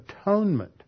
atonement